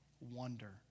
wonder